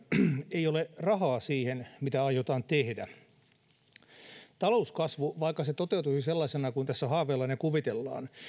ei ole rahaa siihen mitä aiotaan tehdä vaikka talouskasvu toteutuisi sellaisena kuin tässä haaveillaan ja kuvitellaan